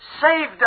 saved